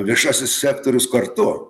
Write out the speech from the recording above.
viešasis sektorius kartu